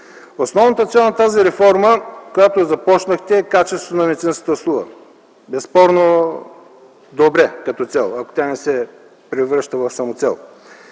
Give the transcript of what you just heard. основната цел на здравната реформа, която започнахте, е качеството на медицинската услуга – безспорно добре като цяло, ако не се превръща в самоцел.